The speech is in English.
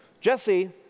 Jesse